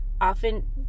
Often